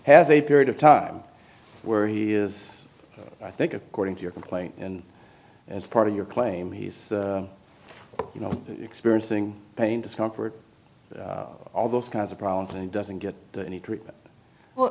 has a period of time where he is i think according to your complaint and as part of your claim he's you know experiencing pain discomfort all those kinds of problems and he doesn't get any